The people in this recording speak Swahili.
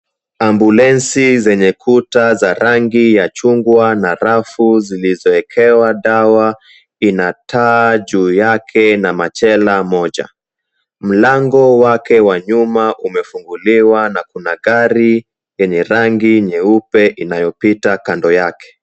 Ambulensi zenye kuta za rangi ya chungwa na rafu zilizoekewa dawa, ina taa juu yake na machela moja, mlango wake wa nyuma umefunguliwa na kuna gari lenye rangi nyeupe inayopita kando yake.